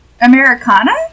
Americana